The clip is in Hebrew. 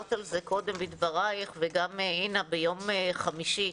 חזרת על זה קודם בדבריך וגם אינה אמרה ביום חמישי,